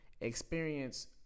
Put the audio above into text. experience